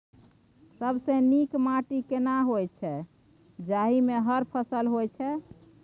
सबसे नीक माटी केना होय छै, जाहि मे हर फसल होय छै?